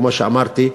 כמו שאמרתי,